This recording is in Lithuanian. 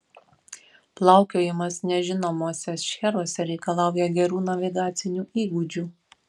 plaukiojimas nežinomuose šcheruose reikalauja gerų navigacinių įgūdžių